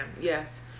yes